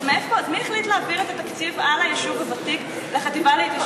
אז מי החליט להעביר את התקציב לגבי היישוב הוותיק לחטיבה להתיישבות?